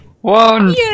one